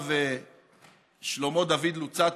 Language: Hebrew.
הרב שמואל דוד לוצאטו,